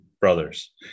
brothers